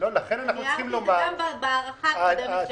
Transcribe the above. --- אני הערתי את זה גם בהארכה הקודמת שעשינו.